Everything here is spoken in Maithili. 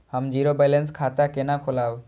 हम जीरो बैलेंस खाता केना खोलाब?